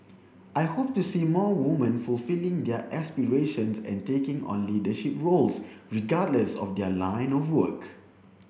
I hope to see more women fulfilling their aspirations and taking on leadership roles regardless of their line of work